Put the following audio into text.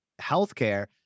healthcare